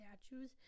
statues